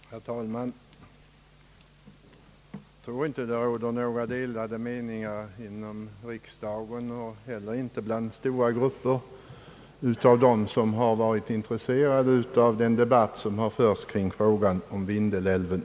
Herr talman! Jag tror inte att det innerst inne råder några delade meningar inom riksdagen och inte heller bland stora grupper av dem som har varit intresserade av den debatt som förts kring frågan om Vindelälven.